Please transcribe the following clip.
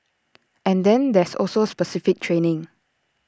and then there's also specific training